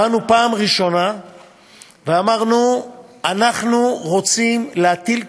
באנו פעם ראשונה ואמרנו: אנחנו רוצים להטיל קנסות,